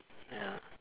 yeah